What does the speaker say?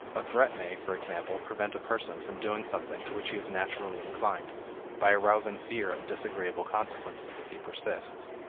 a threat may, for example, prevent a person from doing something to which he is naturally inclined by arousing fear of disagreeable consequences if he persists.